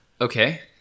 Okay